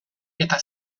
eta